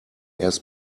erst